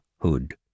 Hood